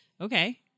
okay